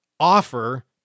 offer